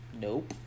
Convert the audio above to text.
Nope